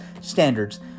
standards